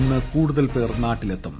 ഇസ്കൂടുതൽ പേർ നാട്ടിലെത്തും